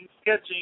sketching